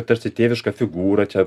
tarsi tėviška figūra čia